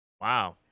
Wow